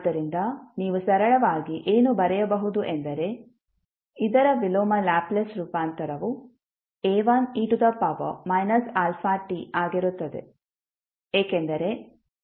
ಆದ್ದರಿಂದ ನೀವು ಸರಳವಾಗಿ ಏನು ಬರೆಯಬಹುದು ಎಂದರೆ ಇದರ ವಿಲೋಮ ಲ್ಯಾಪ್ಲೇಸ್ ರೂಪಾಂತರವು A1e αtಆಗಿರುತ್ತದೆ ಏಕೆಂದರೆ ಇಲ್ಲಿ ನಿಮಗೆ sα ಇದೆ